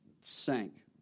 sank